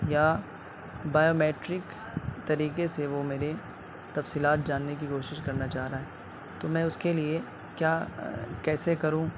یا biometric طریقے سے وہ میرے تفصیلات جاننے کی کوشش کرنا چاہ رہا ہے تو میں اس کے لیے کیا کیسے کروں